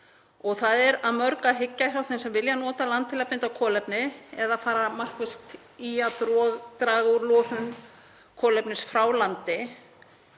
Það er að mörgu að hyggja hjá þeim sem vilja nota land til að binda kolefni eða að fara markvisst í að draga úr losun kolefnis frá landi